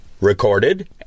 recorded